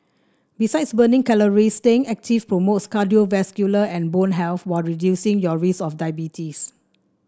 besides burning calories staying active promotes cardiovascular and bone health while reducing your risk of diabetes